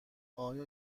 آیا